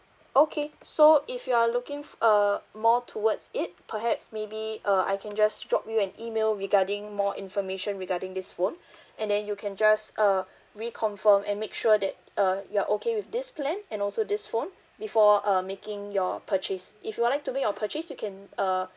okay so if you are looking f~ uh more towards it perhaps maybe uh I can just drop you an email regarding more information regarding this phone and then you can just uh reconfirm and make sure that uh you're okay with this plan and also this phone before uh making your purchase if you'd like to make your purchase you can uh